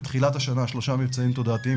בתחילת השנה שלושה מבצעים תודעתיים